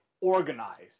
organized